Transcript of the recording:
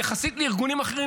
יחסית לארגונים אחרים,